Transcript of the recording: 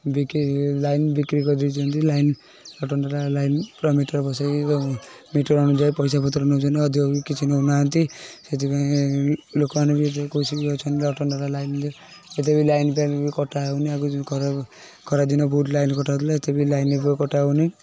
ବିକ୍ରି line line ବିକ୍ରି କରିଦେଇଛନ୍ତି ଲାଇନ୍ ରତନ୍ ଟାଟା ଲାଇନ୍ ପୁରା ମିଟର୍ ବସେଇ ମିଟର୍ ଅନୁଯାୟୀ ପଇସା ପତ୍ର ନେଉଛନ୍ତି ଅଧିକ ବି କିଛି ନେଉ ନାହାଁନ୍ତି ସେଥିପାଇଁ ଲୋକମାନେ ବି ଏଥିରେ ଖୁସି ବି ଅଛନ୍ତି ରତନ୍ ଟାଟା ଲାଇନ୍ରେ ଏବେ ବି ଲାଇନ୍ଫାଇନ୍ ବି କଟା ହେଉନି ଆଗରୁ ଯେମିତି ଖରା ଖରାଦିନେ ବହୁତ ଲାଇନ୍ କଟା ହେଉଥିଲା ଏତେ ବି ଲାଇନ୍ ଏବେ ଆଉ କଟା ହେଉନି